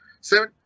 seven